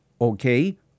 Okay